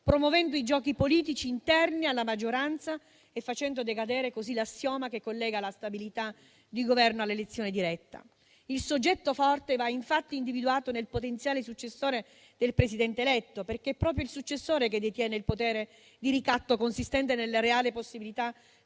promuovendo i giochi politici interni alla maggioranza e facendo decadere così l'assioma che collega la stabilità di Governo all'elezione diretta. Il soggetto forte va infatti individuato nel potenziale successore del Presidente eletto, perché è proprio il successore che detiene il potere di ricatto consistente nella reale possibilità